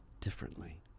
differently